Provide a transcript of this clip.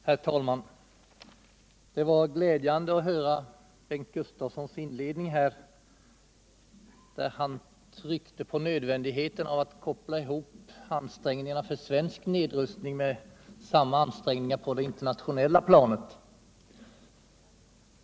Herr talman! Det var glädjande att höra Bengt Gustavssons inledning, där han tryckte på nödvändigheten av att koppla ihop ansträngningarna för en svensk nedrustning med svenska ansträngningar på det internationella planet.